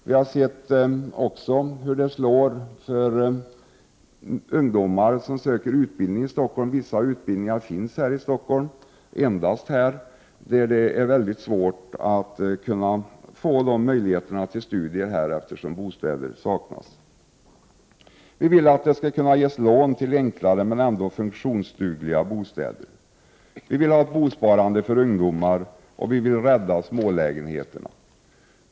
Vi har också sett hur detta slår för ungdomar som söker utbildning — vissa utbildningar finns endast i Stockholm. Eftersom bostäder saknas, har dessa ungdomar små möjligheter till studier i Stockholm. Vi i centern vill att det skall ges möjlighet till lån för enkla, men ändå funktionsdugliga bostäder. Vi vill ha ett bostadssparande för ungdomar, och vi vill rädda smålägenheterna.